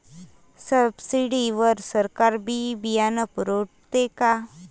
Subsidy वर सरकार बी बियानं पुरवते का?